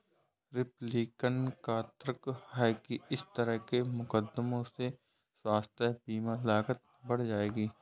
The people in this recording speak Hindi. रिपब्लिकन का तर्क है कि इस तरह के मुकदमों से स्वास्थ्य बीमा लागत बढ़ जाएगी